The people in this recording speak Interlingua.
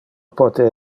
pote